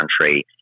country